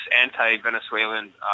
anti-Venezuelan